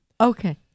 Okay